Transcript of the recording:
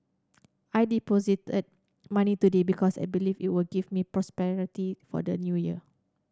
I deposited money today because I believe it will give me prosperity for the New Year